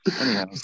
Anyhow